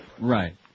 Right